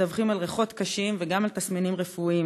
מדווחים על ריחות קשים וגם על תסמינים רפואיים,